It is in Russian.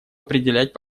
определять